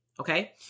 okay